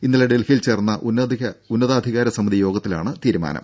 ഇന്നലെ ഡൽഹിയിൽ ചേർന്ന ഉന്നതാധികാര സമിതി യോഗത്തിലാണ് ഈ തീരുമാനം